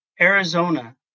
Arizona